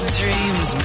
dreams